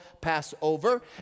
Passover